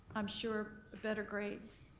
i'm sure, better grades,